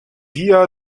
via